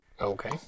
Okay